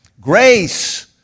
Grace